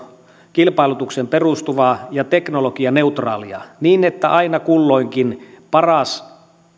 kilpailutukseen perustuvaa ja teknologianeutraalia niin että aina kulloinkin paras